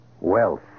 Wealth